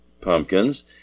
pumpkins